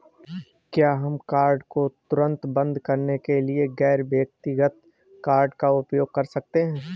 क्या हम कार्ड को तुरंत बंद करने के बाद गैर व्यक्तिगत कार्ड का उपयोग कर सकते हैं?